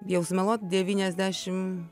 bijau sumeluot devyniasdešim